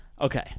Okay